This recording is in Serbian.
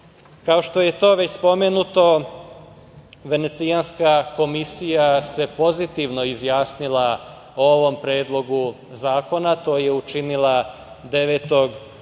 što je to već spomenuto, Venecijanska komisija se pozitivno izjasnila o ovom predlogu zakona. To je učinila 9. novembra